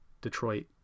Detroit